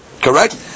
correct